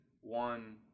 one